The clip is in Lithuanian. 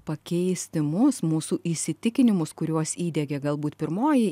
pakeisti mus mūsų įsitikinimus kuriuos įdiegė galbūt pirmoji